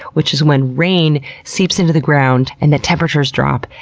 which is when rain seeps into the ground, and the temperatures drop,